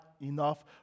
enough